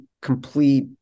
complete